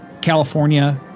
California